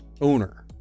owner